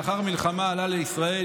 לאחר המלחמה עלה לישראל,